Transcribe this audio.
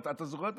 אתה זוכר?